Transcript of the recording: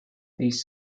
these